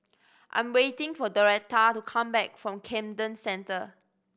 I'm waiting for Doretta to come back from Camden Centre